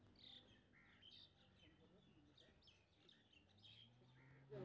कोनो भी सामाजिक योजना के भुगतान केना कई सकब?